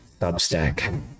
Substack